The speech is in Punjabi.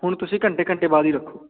ਹੁਣ ਤੁਸੀਂ ਘੰਟੇ ਘੰਟੇ ਬਾਅਦ ਹੀ ਰੱਖੋ